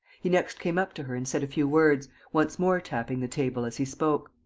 he next came up to her and said a few words, once more tapping the table as he spoke.